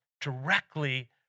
directly